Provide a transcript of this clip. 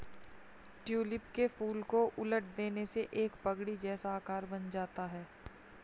tulip के फूल को उलट देने से एक पगड़ी जैसा आकार बन जाता है